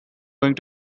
going